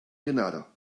grenada